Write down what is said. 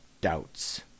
doubts